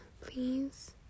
please